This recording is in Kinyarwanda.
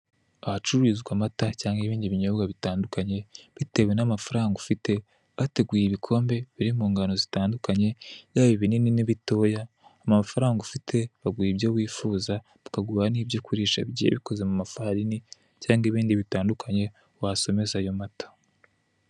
Ahacururizwa amata cyangwa ibindi binyobwa bitandukanye. Bitewe n'amafaranga ufite, bateguye ibikombe biri mu ngano zitandukanye, yaba ibinini n'ibitoya. Amafaranga ufite baguha ibyo wifuza, bakaguha n'ibyo kurisha bigiye bikoze mu mafarini, cyangwa ibindi bitandukanye wasomeza ayo mata.